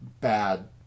bad